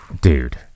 Dude